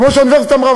כמו שהאוניברסיטה אמרה,